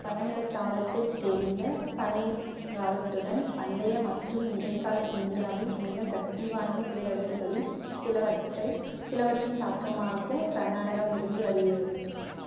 பழங்கற்காலத்தைச் சேர்ந்த பழங்காலத்துடன் பண்டைய மற்றும் இடைக்கால இந்தியாவின் மிகவும் சக்திவாய்ந்த பேரரசுகளில் சிலவற்றை சிலவற்றின் தாக்கமாக கர்நாடகம் இருந்து வருகிறது